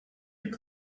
you